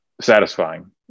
satisfying